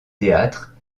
théâtres